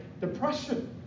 depression